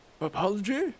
Apology